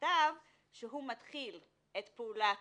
המכתב שמתחיל את הפעולה